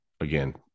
again